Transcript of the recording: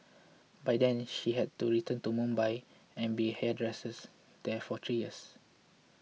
by then she had to Mumbai and been hairdressers there for three years